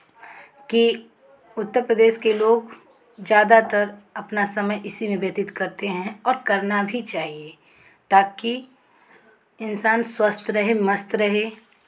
कि उत्तर प्रदेश के लोग ज़्यादातर अपना समय इसी में व्यतीत करते हैं और करना भी चाहिए ताकि इंसान स्वस्थ रहे मस्त रहे